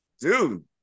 dude